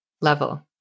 level